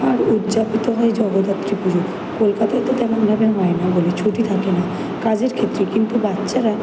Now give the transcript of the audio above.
আর উদযাপিত হয় জগদ্ধাত্রী পুজো কলকাতায় তো তেমনভাবে হয় না বলে ছুটি থাকে না কাজের ক্ষেত্রে কিন্তু বাচ্চারা